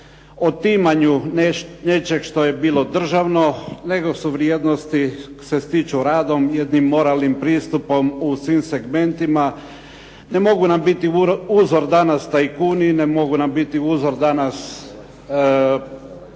otimanju nečeg što je bilo državno, nego se vrijednosti stječu radom, jednim moralnim pristupom u svim segmentima. Ne mogu nam biti uzor danas tajkuni, ne mogu nam biti uzor danas